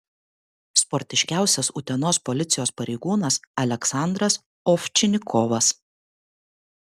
sportiškiausias utenos policijos pareigūnas aleksandras ovčinikovas